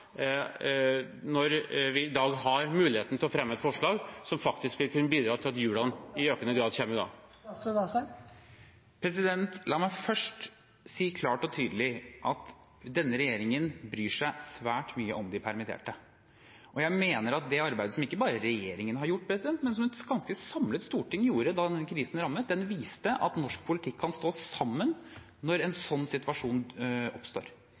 når vi i dag har muligheten til å vedta et forslag som faktisk vil kunne bidra til at hjulene i økende grad kommer i gang? La meg først si klart og tydelig at denne regjeringen bryr seg svært mye om de permitterte. Jeg mener at det arbeidet som ikke bare regjeringen har gjort, men som et ganske samlet storting gjorde da krisen rammet, viste at norsk politikk kan stå sammen når en sånn situasjon oppstår.